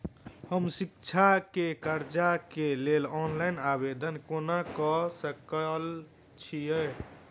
हम शिक्षा केँ कर्जा केँ लेल ऑनलाइन आवेदन केना करऽ सकल छीयै?